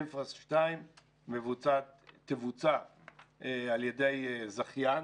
infra 2 תבוצע על ידי זכיין